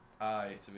aye